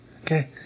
Okay